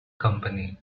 company